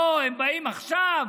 לא הם באים עכשיו: